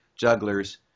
jugglers